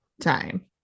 time